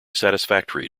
satisfactory